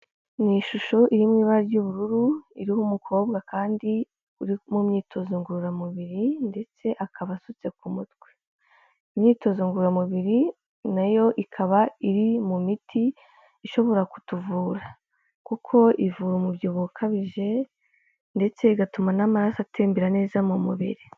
Ni ishusho iri mu ibara ry'ubururu iriho umukobwa kandi uri mu myitozo ngororamubiri ndetse akaba asutse ku mutwe, imyitozo ngororamubiri nayo ikaba iri mu miti ishobora kutuvura kuko ivura umubyibuho ukabije ndetse igatuma n'amaraso atembera neza mu mubiri.